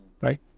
right